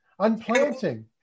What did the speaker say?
unplanting